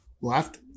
left